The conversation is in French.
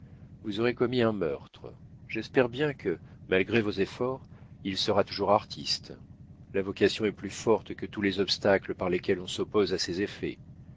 vous aurez commis un meurtre j'espère bien que malgré vos efforts il sera toujours artiste la vocation est plus forte que tous les obstacles par lesquels on s'oppose à ses effets